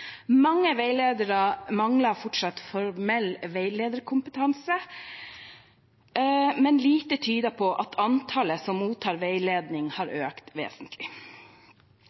Mange veiledere mangler fortsatt formell veilederkompetanse, men lite tyder på at antallet som mottar veiledning, har økt vesentlig.